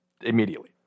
immediately